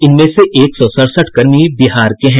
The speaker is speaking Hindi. इनमें से एक सौ सड़सठ कर्मी बिहार के हैं